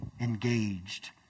engaged